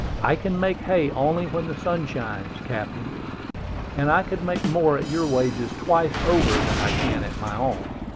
i can make hay only when the sun shines, captain and i could make more at your wages twice over than i can at my own.